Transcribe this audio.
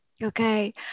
Okay